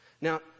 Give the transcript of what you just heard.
Now